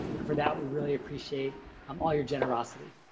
and for that we really appreciate um all your generosity.